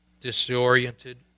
disoriented